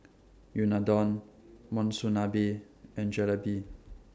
Unadon Monsunabe and Jalebi